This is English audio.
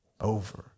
Over